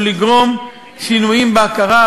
או לגרום שינויים בהכרה,